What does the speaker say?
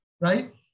right